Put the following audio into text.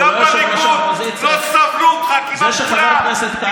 גם בליכוד לא סבלו אותך כמעט כולם,